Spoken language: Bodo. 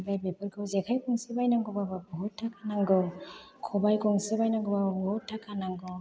बे बेफोरखौ जेखाय गंसे बायनांगौबाबो बुहुत थाखा नांगौ खबाय गंसे बायनांगौबाबो बुहुत थाखा नांगौ